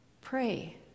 pray